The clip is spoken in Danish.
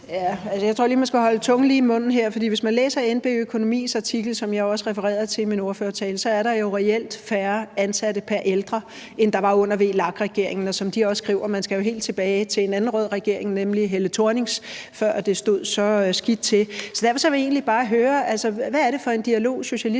Jeg tror lige, at man skal holde tungen lige i munden, for hvis man læser NB-Økonomis artikel, som jeg også refererede til i min ordførertale, står der, at der reelt er færre ansatte pr. ældre, end der var under VLAK-regeringen, og som de også skriver, skal man helt tilbage til en anden rød regering, nemlig Helle Thorning-Schmidts regering, før det stod så skidt til. Derfor vil jeg egentlig bare høre: Hvad er det for en dialog, Socialistisk